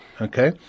okay